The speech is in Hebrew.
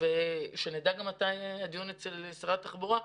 ושנדע מתי הדיון אצל שרת התחבורה,